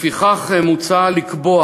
לפיכך, מוצע לקבוע